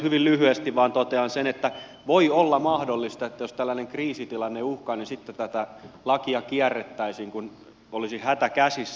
hyvin lyhyesti vain totean sen että voi olla mahdollista että jos tällainen kriisitilanne uhkaa niin sitten tätä lakia kierrettäisiin kun olisi hätä käsissä